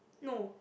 no